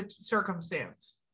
circumstance